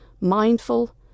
mindful